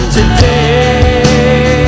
today